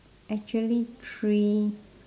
actually three